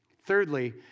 Thirdly